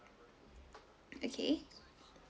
okay